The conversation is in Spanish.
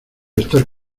estar